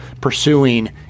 pursuing